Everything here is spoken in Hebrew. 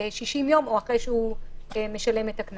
60 ימים או אחרי שהוא משלם את הקנס.